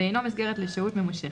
ואינו מסגרת לשהות ממושכת,"